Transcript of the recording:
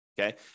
okay